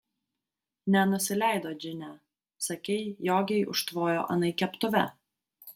nenusileido džine sakei jogei užtvojo anai keptuve